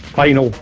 final,